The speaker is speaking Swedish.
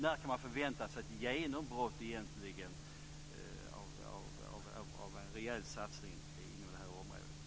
När kan vi förvänta oss ett genombrott av en rejäl satsning på området?